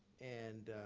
and